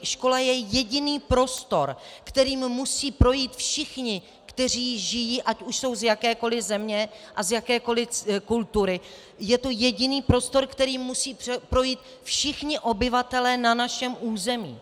Škola je jediný prostor, kterým musí projít všichni, kteří žijí, ať už jsou z jakékoli země a z jakékoli kultury, je to jediný prostor, kterým musí projít všichni obyvatelé na našem území.